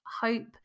hope